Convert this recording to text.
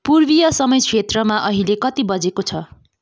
पूर्वीय समय क्षेत्रमा अहिले कति बजेको छ